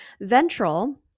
Ventral